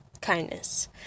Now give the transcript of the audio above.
kindness